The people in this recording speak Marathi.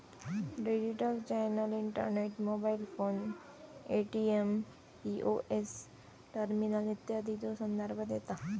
digital channel internet, mobile phone, ATM, POS terminal इत्यादीचो संदर्भ देता